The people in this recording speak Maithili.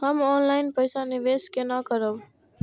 हम ऑनलाइन पैसा निवेश केना करब?